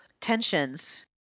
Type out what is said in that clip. tensions